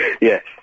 Yes